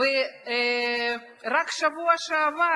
ורק בשבוע שעבר